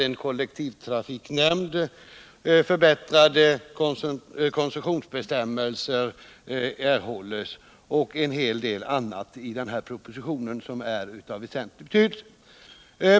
En kollektivtrafiknämnd skall inrättas, förbättrade koncessionsbestämmelser skall införas, och en hel del andra saker av väsentlig betydelse finns också upptagna.